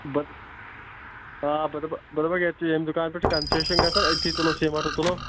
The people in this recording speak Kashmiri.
بہٕ آ بہٕ دَپَکھ بہٕ دَپَکھ ییٚتہِ چھِ ییٚمہِ دُکانہٕ پٮ۪ٹھ چھِ کَنسیشَن گژھان أتھی تُلو سیٖمَٹ تہِ تُلو